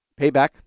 Payback